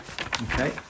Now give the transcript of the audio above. Okay